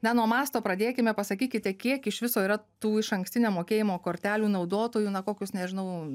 na nuo masto pradėkime pasakykite kiek iš viso yra tų išankstinio mokėjimo kortelių naudotojų na kokius nežinau